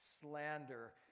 slander